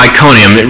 Iconium